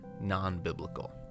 non-biblical